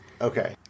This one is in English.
Okay